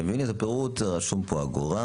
כשמביאים לי את הפירוט רשום פה אגורה,